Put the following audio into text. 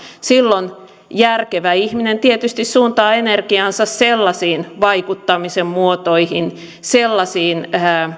silloin järkevä ihminen tietysti suuntaa energiansa sellaisiin vaikuttamisen muotoihin sellaisiin